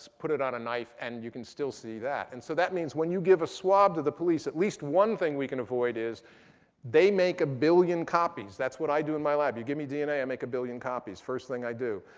put it on a knife, and you can still see that. and so that means when you give a swab to the police, at least one thing we can avoid is they make a billion copies. that's what i do in my lab. you give me dna, i make a billion copies first thing i do.